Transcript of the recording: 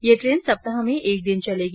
यह ट्रेन सप्ताह में एक दिन चलेगी